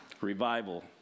Revival